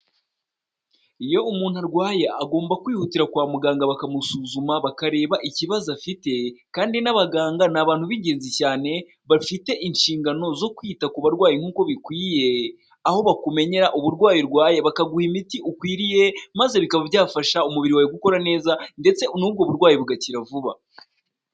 Iyo umuntu arwaye agomba kwihutira kwa muganga bakamusuzuma bakareba ikibazo afite kandi n'abaganga ni abantu b'ingenzi cyane bafite inshingano zo kwita ku barwayi nkuko bikwiye, aho bakumenyera uburwayi urwaye bakaguha imiti ukwiriye maze bikaba byafasha umubiri wawe gukora neza ndetse n'ubwo burwayi bugakira vuba.